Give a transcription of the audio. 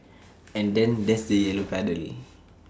and then there's the yellow puddle